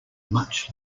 much